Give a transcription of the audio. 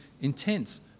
intense